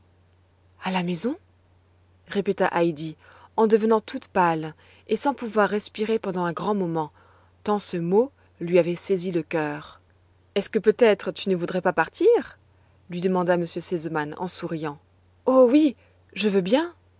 a la maison répéta heidi en devenant toute pâle et sans pouvoir respirer pendant un grand moment tant ce mot lui avait saisi le cœur est-ce que peut-être tu ne voudrais pas partir lui demanda m r sesemann en souriant oh oui je veux bien